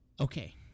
Okay